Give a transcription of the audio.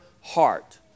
heart